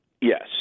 Yes